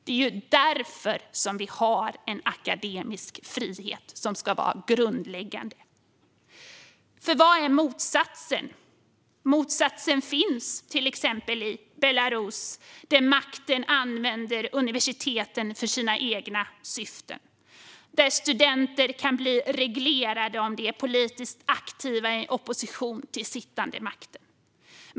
Det är ju därför vi har en akademisk frihet, som ska vara grundläggande. För vad är motsatsen? Motsatsen finns till exempel i Belarus, där makten använder universiteten för sina egna syften. Där kan studenter bli relegerade om de är politiskt aktiva i opposition till den sittande makten.